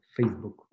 facebook